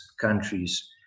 countries